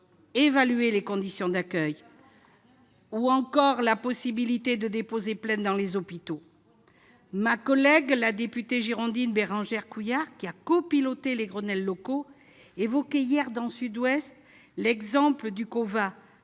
évaluer les conditions d'accueil ou encore l'ouverture de la possibilité de déposer plainte dans les hôpitaux. Ma collègue la députée girondine Bérangère Couillard, qui a copiloté les « grenelles locaux », évoquait hier, dans, l'exemple de la